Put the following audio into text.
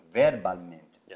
verbalmente